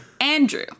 Andrew